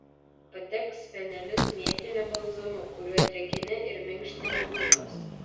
patepk spenelius mėtiniu balzamu kuriuo drėkini ir minkštini lūpas